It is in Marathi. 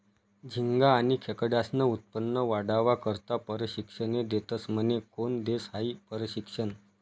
झिंगा आनी खेकडास्नं उत्पन्न वाढावा करता परशिक्षने देतस म्हने? कोन देस हायी परशिक्षन?